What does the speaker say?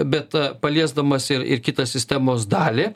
bet paliesdamas ir ir kitą sistemos dalį